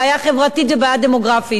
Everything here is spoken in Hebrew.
בעיה חברתית ובעיה דמוגרפית.